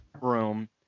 room